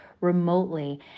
remotely